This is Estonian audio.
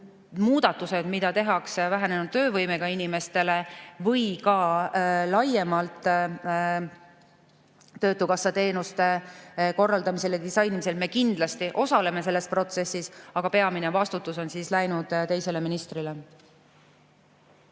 muudatusi vähenenud töövõimega inimestele [mõeldud] või ka laiemalt töötukassa teenuste korraldamisel ja disainimisel. Me kindlasti osaleme selles protsessis, aga peamine vastutus on läinud teisele ministrile.